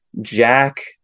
Jack